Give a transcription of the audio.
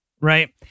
right